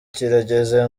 kirageze